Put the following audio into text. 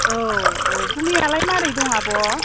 औ औ गुमैयालाय माबोरै दं आब'